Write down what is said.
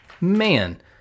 man